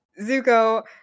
Zuko